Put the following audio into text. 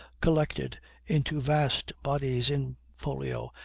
collected into vast bodies in folio,